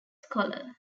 scholar